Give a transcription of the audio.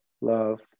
love